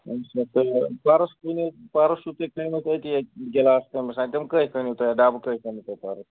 پَرُس ہیٚژھے یہِ پَرُس کٕنے پَرُسچھُو تۅہہِ کٕنۍمِتھ تۅہہِ ییٚتہِ گِلاس کمِٔس تام کٔہۍ کٕنیوٕ تۅہہِ ڈبہٕ کٔہۍ کٕنوٕ تۅہہِ پَرُس